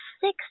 six